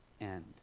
end